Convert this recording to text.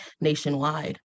nationwide